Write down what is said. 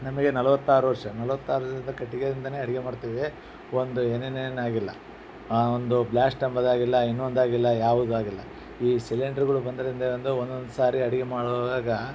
ನಮಗೆ ನಲವತ್ತಾರು ವರ್ಷ ನಲವತ್ತಾರರಿಂದ ಕಟ್ಟಿಗೆಯಿಂದಾನೇ ಅಡುಗೆ ಮಾಡ್ತೀವಿ ಒಂದು ಏನೇನೇನು ಆಗಿಲ್ಲ ಒಂದು ಬ್ಲ್ಯಾಸ್ಟ್ ಎಂಬುದಾಗಿಲ್ಲ ಇನ್ನೊಂದಾಗಿಲ್ಲ ಯಾವುದೂ ಆಗಿಲ್ಲ ಈ ಸಿಲಿಂಡ್ರುಗಳು ಬಂದರಿಂದ ಒಂದು ಒಂದೊಂದು ಸಾರಿ ಅಡುಗೆ ಮಾಡುವಾಗ